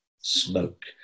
smoke